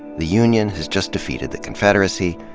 the union has just defeated the confederacy,